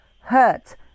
hurt